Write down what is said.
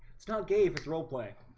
it's not gave its role playing